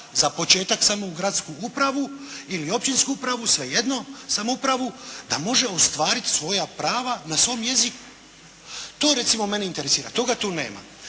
za početak samo u gradsku upravu, ili općinsku upravu, svejedno, samoupravu, da može ostvariti svoja prava na svom jeziku. To recimo mene interesira. Toga tu nema.